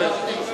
חבר הכנסת גפני,